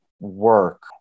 work